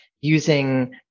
using